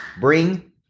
Bring